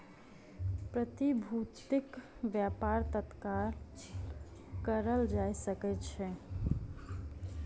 प्रतिभूतिक व्यापार तत्काल कएल जा सकै छै